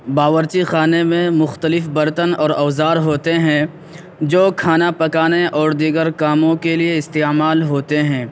باورچی خانے میں مختلف برتن اور اوزار ہوتے ہیں جو کھانا پکانے اور دیگر کاموں کے لیے استعمال ہوتے ہیں